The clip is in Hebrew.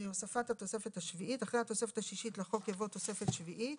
"הוספת התוספת השביעית אחרי התוספת השישית לחוק יבוא: תוספת שביעית